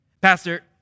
Pastor